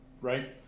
right